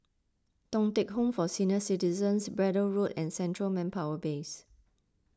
Thong Teck Home for Senior Citizens Braddell Road and Central Manpower Base